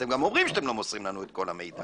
אתם גם אומרים שאתם לא מוסרים לנו את כל המידע.